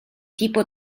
tipo